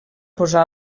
posar